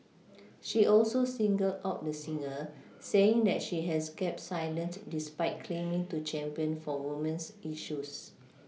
she also singled out the singer saying that she has kept silent despite claiming to champion for women's issues